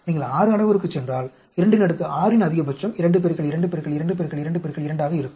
நீங்கள் 6 அளவுருவுக்குச் சென்றால் 26 இன் அதிகபட்சம் 2 2 2 2 2 ஆக இருக்கும்